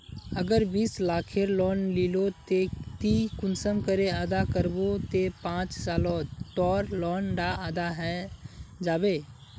अगर बीस लाखेर लोन लिलो ते ती कुंसम करे अदा करबो ते पाँच सालोत तोर लोन डा अदा है जाबे?